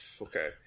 Okay